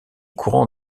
courants